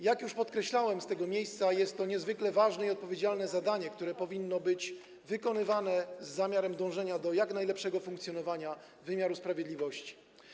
Jak już podkreślałem z tego miejsca, jest to niezwykle ważne i odpowiedzialne zadanie, które powinno być wykonywane z zamiarem dążenia do jak najlepszego funkcjonowania wymiaru sprawiedliwości.